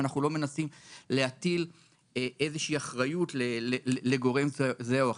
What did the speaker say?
ואנחנו לא מנסים להטיל איזושהי אחריות לגורם זה או אחר,